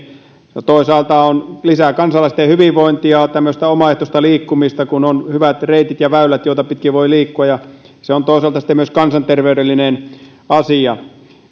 toisaalta se lisää kansalaisten hyvinvointia tämmöistä omaehtoista liikkumista kun on hyvät reitit ja väylät joita pitkin voi liikkua ja se on toisaalta myös kansanterveydellinen asia